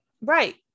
right